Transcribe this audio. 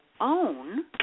own